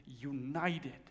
united